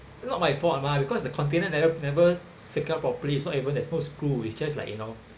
not my fault mah because the container never never secure properly so even there's no screw it's just like you know